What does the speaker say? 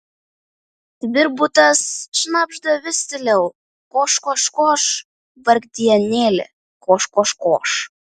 tvirbutas šnabžda vis tyliau koš koš koš vargdienėli koš koš koš